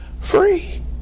free